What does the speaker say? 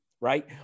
right